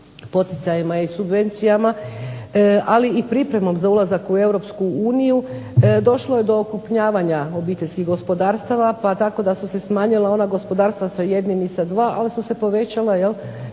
poticajima i subvencijama ali i pripremom za ulazak u Europsku uniju došlo je do okrupnjavanja obiteljskih gospodarstava pa tako da su se smanjila ona gospodarstva sa jednim i sa dva ali su se povećala sa